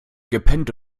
gepennt